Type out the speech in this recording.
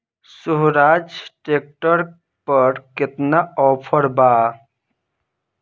सोहराज tractor पर केतना offer बा?